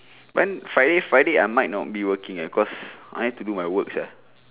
when friday friday I might not be working leh because I need to do my work sia